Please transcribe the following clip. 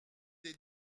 des